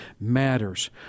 matters